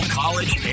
college